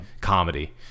comedy